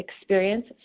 experience